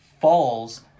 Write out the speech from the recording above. falls